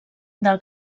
del